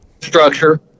structure